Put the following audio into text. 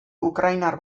ukrainar